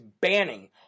banning